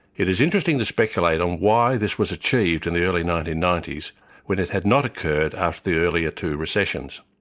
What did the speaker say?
it is interesting to speculate on why this was achieved in the early nineteen ninety s when it had not occurred after the earlier two recessions.